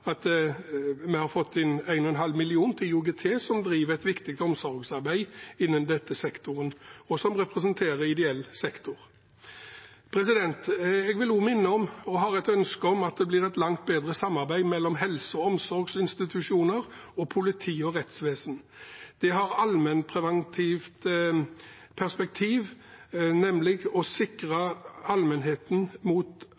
at vi har fått inn 1,5 mill. kr til IOGT, som driver et viktig omsorgsarbeid innen denne sektoren, og som representerer ideell sektor. Jeg har også et ønske om at det blir et langt bedre samarbeid mellom helse- og omsorgsinstitusjoner og politi og rettsvesen. Det har et allmennpreventivt perspektiv, nemlig å sikre allmennheten mot